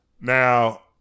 Now